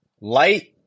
Light